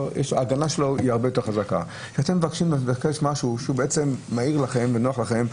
משהו שהוא מועיל לכם ונוח לכם,